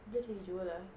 bila kita jewel ah